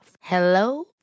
Hello